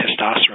testosterone